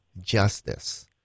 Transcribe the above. justice